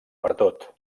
pertot